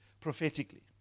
prophetically